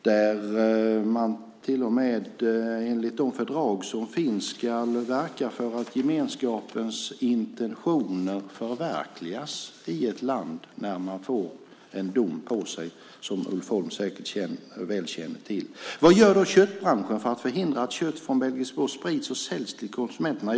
Man ska till och med enligt de fördrag som finns verka för att gemenskapens intentioner förverkligas i ett land när man får en dom på sig, som Ulf Holm säkert väl känner till. Vad gör då köttbranschen för att förhindra att kött från belgisk blå sprids och säljs till konsumenterna?